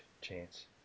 chance